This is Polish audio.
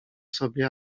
sobie